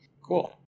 Cool